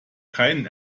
keinen